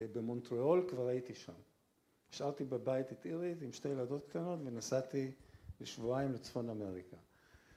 במונטריאול, כבר הייתי שם. השארתי בבית את עירית עם שתי ילדות קטנות ונסעתי לשבועיים לצפון אמריקה.